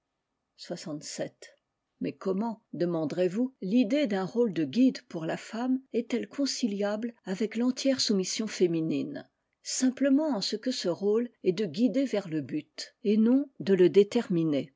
mais comment demanderez vous l'idée d'un rôle de guide pour la femme est-elle conciliable avec l'entière soumission féminine simplement en ce que ce rôle est de guider vers le but et non de le